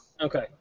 Okay